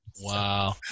Wow